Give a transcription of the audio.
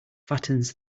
fattens